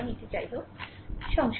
সুতরাং এটি যাইহোক সংশোধন